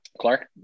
Clark